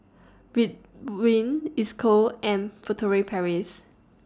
Ridwind Isocal and Furtere Paris